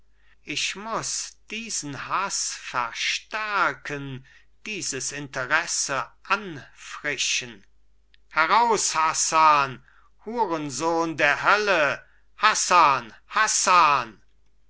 ich muß diesen haß verstärken dieses interesse anfrischen heraus hassan hurensohn der hölle hassan hassan